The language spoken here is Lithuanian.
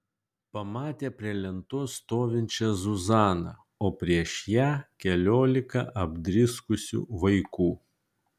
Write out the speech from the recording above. pamatė prie lentos stovinčią zuzaną o prieš ją keliolika apdriskusių vaikų